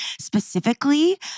specifically